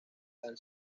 han